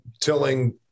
tilling